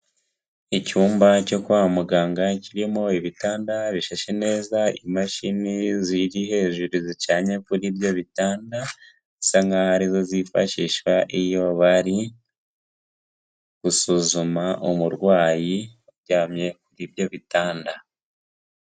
Icyumba cyo kwa muganga kirimo ibitanda bishashe neza, imashini ziri hejuru zicanye kuri ibyo bitanda bisa nkaho ari zo zifashishwa iyo bari gusuzuma umurwayi, uryamye kuri ibyo bitanda.